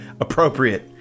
appropriate